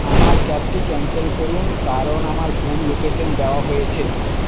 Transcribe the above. আমার ক্যাবটি ক্যান্সেল করুন কারণ আমার ভুল লোকেশান দেওয়া হয়েছে